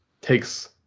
takes